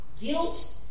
guilt